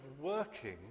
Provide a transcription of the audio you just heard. working